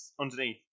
underneath